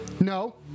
No